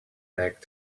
back